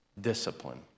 discipline